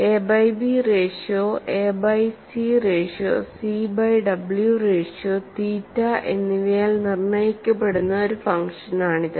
A by B ratio A by C ratio C by w ratio theta എന്നിവയാൽ നിർണ്ണയിക്കപ്പെടുന്ന ഒരു function ആണിത്